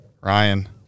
Ryan